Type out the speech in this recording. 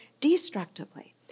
destructively